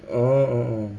oh oh